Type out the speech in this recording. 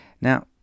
Now